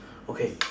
okay